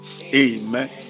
Amen